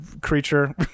creature